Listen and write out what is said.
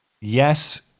Yes